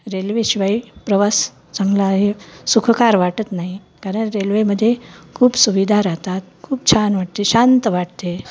रेल्वेशिवाय प्रवास चांगला आहे सुखकर वाटत नाही कारण रेल्वेमध्ये खूप सुविधा राहतात खूप छान वाटते शांत वाटते